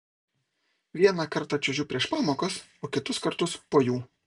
vieną kartą čiuožiu prieš pamokas o kitus kartus po jų